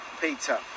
Peter